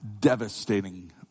devastating